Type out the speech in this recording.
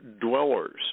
dwellers